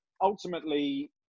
ultimately